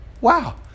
Wow